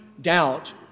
doubt